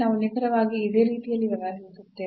ನಾವು ನಿಖರವಾಗಿ ಇದೇ ರೀತಿಯಲ್ಲಿ ವ್ಯವಹರಿಸುತ್ತೇವೆ